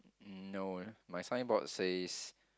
no my signboard says